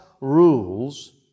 rules